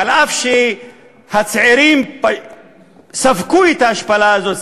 אף שהצעירים ספגו את ההשפלה הזאת,